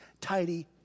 tidy